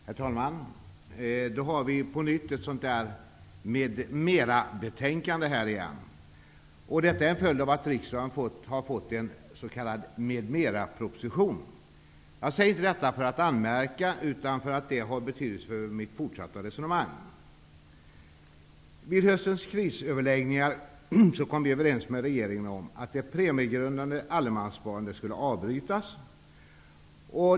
Herr talman! Nu har vi på nytt ett sådant där m.m.- betänkande. Detta är en följd av att riksdagen har fått en m.m.-proposition. Jag säger inte detta för att anmärka, utan för att det har betydelse för mitt fortsatta resonemang. Vid höstens krisöverläggningar kom vi överens med regeringen om att det premiegrundande allemanssparandet skulle avbrytas.